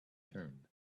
turned